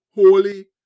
holy